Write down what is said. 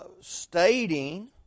stating